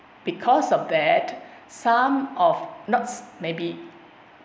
because of that some of not maybe